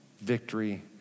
victory